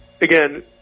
Again